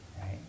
right